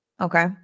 Okay